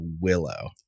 Willow